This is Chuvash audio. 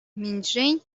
мӗншӗн